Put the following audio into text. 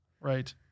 Right